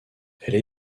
elle